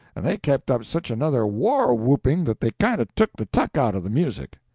and they kept up such another war-whooping that they kind of took the tuck out of the music.